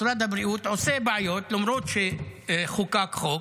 משרד הבריאות עושה בעיות, למרות שחוקק חוק,